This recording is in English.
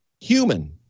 human